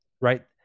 Right